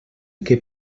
que